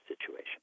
situation